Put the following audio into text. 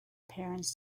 parents